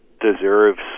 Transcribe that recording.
deserves